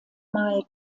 mal